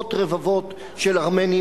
רבבות רבבות של ארמנים